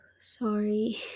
sorry